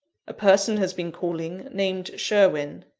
a person has been calling, named sherwin,